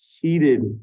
heated